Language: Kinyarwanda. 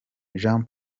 jean